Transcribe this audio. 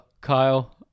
Kyle